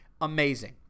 Amazing